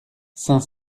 saint